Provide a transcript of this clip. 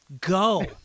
go